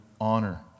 honor